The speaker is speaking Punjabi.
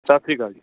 ਸਤਿ ਸ਼੍ਰੀ ਅਕਾਲ ਜੀ